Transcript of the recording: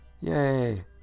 Yay